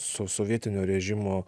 su sovietinio režimo